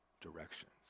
directions